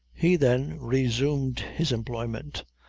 he then resumed his employment.